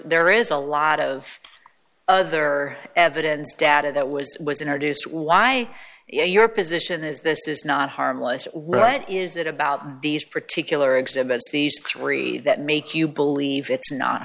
there is a lot of other evidence data that was was introduced why your position is this is not harmless right is it about these particular exhibits these three that make you believe it's not